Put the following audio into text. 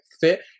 fit